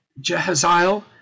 Jehaziel